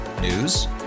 News